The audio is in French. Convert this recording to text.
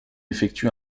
effectue